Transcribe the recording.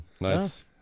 Nice